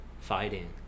fighting